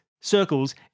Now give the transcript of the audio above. circles